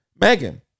Megan